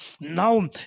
Now